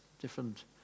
different